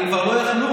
הם כבר לא יכלו,